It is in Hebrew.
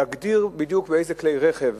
להגדיר בדיוק באיזה כלי רכב